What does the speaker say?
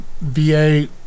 VA